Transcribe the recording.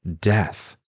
death